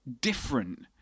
different